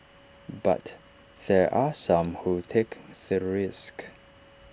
but there are some who take the risk